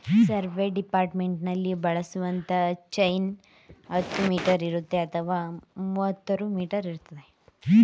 survey ಡಿಪಾರ್ಟ್ಮೆಂಟ್ನಲ್ಲಿ ಬಳಸುವಂತ chain ಹತ್ತು ಮೀಟರ್ ಇರುತ್ತೆ ಅಥವಾ ಮುವತ್ಮೂರೂ ಮೀಟರ್ ಇರ್ತದೆ